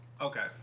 Okay